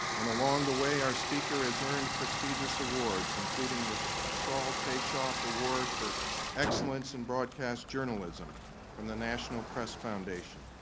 and along the way our speaker has earned prestigious awards including the sol taishoff award for excellence in broadcast journalism from the national press foundation